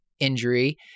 injury